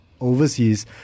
overseas